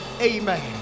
amen